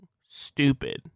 stupid